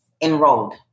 enrolled